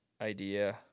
idea